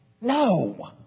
No